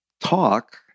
talk